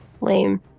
lame